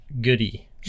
goody